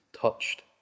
touched